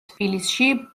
თბილისში